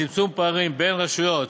לצמצום פערים בין רשויות.